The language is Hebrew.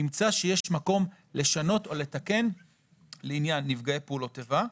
ימצא שיש מקום לשנות או לתקן לעניין נפגעי פעולות איבה.